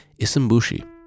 Isambushi